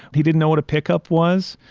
he didn't know what a pickup was.